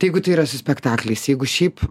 tai jeigu tai yra spektaklis jeigu šiaip